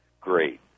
Great